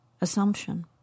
assumption